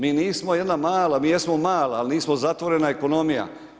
Mi nismo jedna mala, mi jesmo mala ali nismo zatvorena ekonomija.